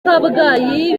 kabgayi